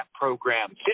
program